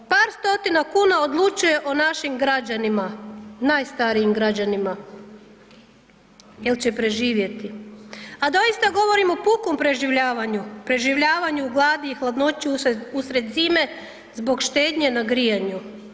Par stotina kuna odlučuje o našim građanima, najstarijim građanima jel će preživjeti a doista govorim o pukom preživljavanju, preživljavanju, gladi i hladnoći usred zime zbog štednje na grijanju.